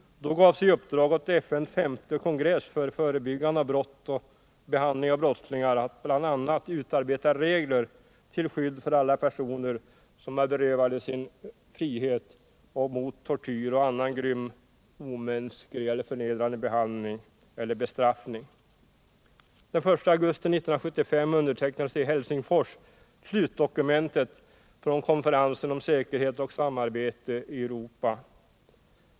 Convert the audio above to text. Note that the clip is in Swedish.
Då gavs i uppdrag åt FN:s femte kongress för förebyggande av brott och behandling av brottslingar att bl.a. utarbeta regler till skydd för alla personer, som är berövade sin frihet, mot tortyr och annan grym, omänsklig eller förnedrande behandling eller bestraffning. Den 1 augusti 1975 undertecknades i Helsingfors slutdokumentet från konferensen om säkerhet och samarbete i Europa.